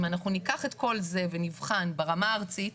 אם אנחנו ניקח את כל זה ונבחן ברמה הארצית,